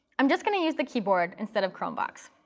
i'm just going to use the keyboard instead of chromevox.